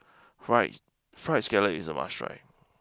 fries Fried Scallop is a must try